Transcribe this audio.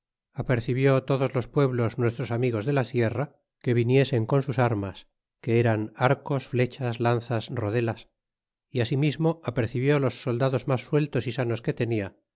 apercibió todos los pueblos nuestros amigos de la sierra que viniesen con sus armas que eran arcos flechas lanzas rodelas y asimismo apercibió los soldados mas sueltos y sanos que tenia